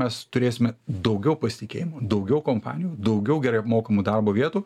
mes turėsime daugiau pasitikėjimo daugiau kompanijų daugiau gerai apmokamų darbo vietų